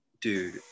Dude